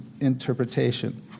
interpretation